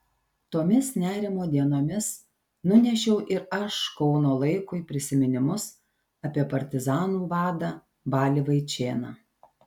tomis nerimo dienomis nunešiau ir aš kauno laikui prisiminimus apie partizanų vadą balį vaičėną